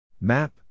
Map